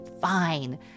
fine